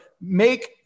make